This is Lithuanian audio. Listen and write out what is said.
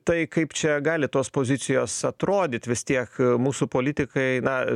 tai kaip čia gali tos pozicijos atrodyt vis tiek mūsų politikai na